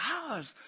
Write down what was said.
hours